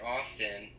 Austin